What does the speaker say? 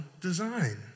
design